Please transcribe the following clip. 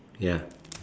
ya